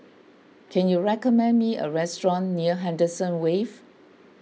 can you recommend me a restaurant near Henderson Wave